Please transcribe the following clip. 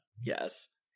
Yes